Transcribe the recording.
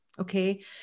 Okay